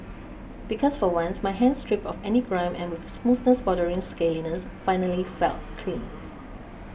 because for once my hands stripped of any grime and with a smoothness bordering scaliness finally felt clean